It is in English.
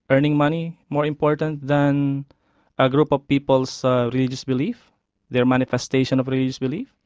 earning money, more important than a group of people's so religious belief their manifestation of religious belief?